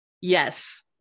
Yes